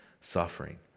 suffering